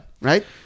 Right